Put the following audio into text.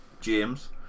James